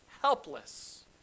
helpless